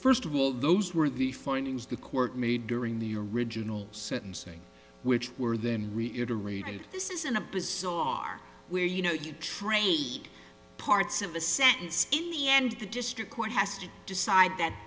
first of all those were the findings the court made during the original sentencing which were then reiterated this is in a bizarre where you know you trade parts of a sentence in the end the district court has to decide that